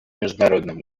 международном